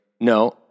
No